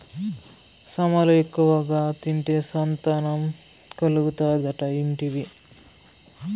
సామలు ఎక్కువగా తింటే సంతానం కలుగుతాదట ఇంటివా